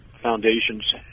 foundations